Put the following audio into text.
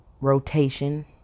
rotation